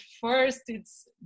first—it's